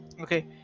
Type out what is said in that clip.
okay